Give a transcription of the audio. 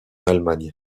allemagne